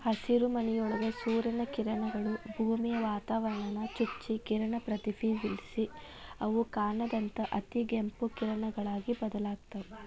ಹಸಿರುಮನಿಯೊಳಗ ಸೂರ್ಯನ ಕಿರಣಗಳು, ಭೂಮಿಯ ವಾತಾವರಣಾನ ಚುಚ್ಚಿ ಕಿರಣ ಪ್ರತಿಫಲಿಸಿ ಅವು ಕಾಣದಂತ ಅತಿಗೆಂಪು ಕಿರಣಗಳಾಗಿ ಬದಲಾಗ್ತಾವ